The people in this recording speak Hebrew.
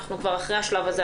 אנחנו כבר אחרי השלב הזה,